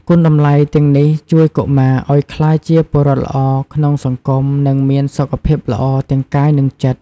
គុណតម្លៃទាំងនេះជួយកុមារឲ្យក្លាយជាពលរដ្ឋល្អក្នុងសង្គម និងមានសុខភាពល្អទាំងកាយ និងចិត្ត។